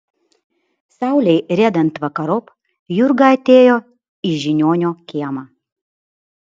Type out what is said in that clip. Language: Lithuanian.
saulei riedant vakarop jurga atėjo į žiniuonio kiemą